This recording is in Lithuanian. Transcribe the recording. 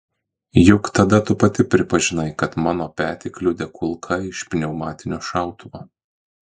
juk tada tu pati pripažinai kad mano petį kliudė kulka iš pneumatinio šautuvo